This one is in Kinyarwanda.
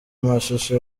mashusho